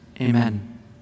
amen